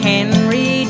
Henry